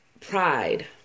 pride